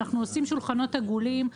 אנחנו עושים שולחנות עגולים.